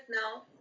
now